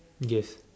gift